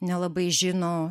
nelabai žino